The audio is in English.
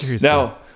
Now